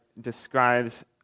describes